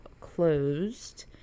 closed